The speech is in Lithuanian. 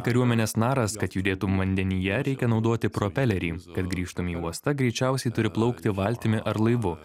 kariuomenės naras kad judėtum vandenyje reikia naudoti propelerį kad grįžtum į uostą greičiausiai turi plaukti valtimi ar laivu